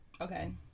Okay